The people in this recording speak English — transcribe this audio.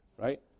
right